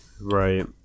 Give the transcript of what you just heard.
Right